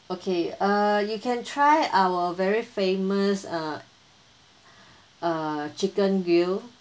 okay uh you can try our very famous uh uh chicken grill